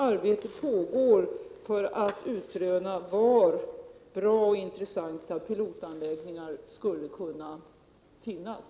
Arbete pågår för att utröna var bra och intressanta pilotanläggningar skulle kunna finnas.